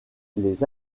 les